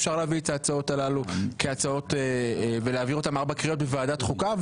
ואפשר להביא את ההצעות הללו ולהעביר אותן ארבע קריאות בוועדת החוקה.